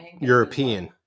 European